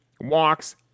walks